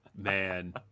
Man